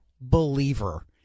believer